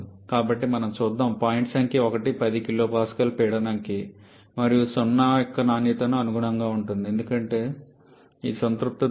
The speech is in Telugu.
కాబట్టి మనం చూద్దాం పాయింట్ సంఖ్య 1 10 kPa పీడనం కి మరియు 0 యొక్క నాణ్యతకు అనుగుణంగా ఉంటుంది ఎందుకంటే ఇది సంతృప్త ద్రవం